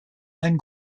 ein